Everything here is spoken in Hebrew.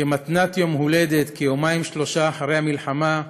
כמתנת יום הולדת, כיומיים-שלושה אחרי המלחמה,